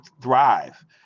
thrive